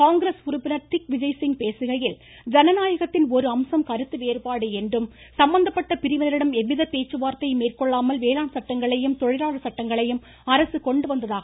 காங்கிரஸ் உறுப்பினர் திக் விஜய்சிங் பேசுகையில் ஜனநாயகத்தின் ஒரு அம்சம் கருத்து வேறுபாடு என்றும் சம்மந்தப்பட்ட பிரிவினரிடம் எவ்வித பேச்சுவார்த்தையும் மேற்கொள்ளாமல் வேளாண் சட்டங்களையும் தொழிலாளர் சட்டங்களையும் அரசு கொண்டு வந்ததாக குறிப்பிட்டார்